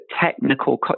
technical